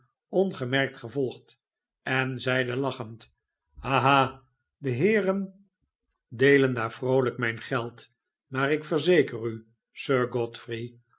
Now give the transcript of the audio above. ongemerkt gevolgd en zeide hichend ha ha de heeren deelen daar vvoolijk mijn geld maar ik verzeker u sir godfrey